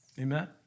Amen